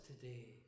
today